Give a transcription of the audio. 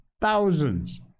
thousands